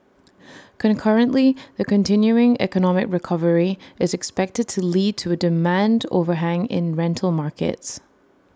concurrently the continuing economic recovery is expected to lead to A demand overhang in rental markets